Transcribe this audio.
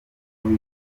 ruje